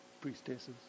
priestesses